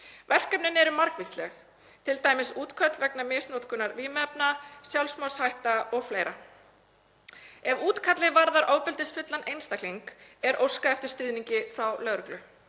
Verkefnin eru margvísleg, t.d. útköll vegna misnotkunar vímuefna, sjálfsmorðshættu o.fl. Ef útkallið varðar ofbeldisfullan einstakling er óskað eftir stuðningi frá lögreglu.